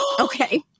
okay